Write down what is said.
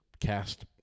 cast